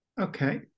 Okay